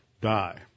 die